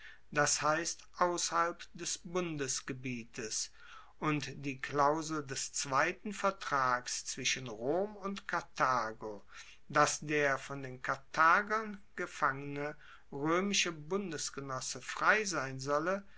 das heisst ausserhalb des bundesgebietes und die klausel des zweiten vertrags zwischen rom und karthago dass der von den karthagern gefangene roemische bundesgenosse frei sein solle